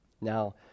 Now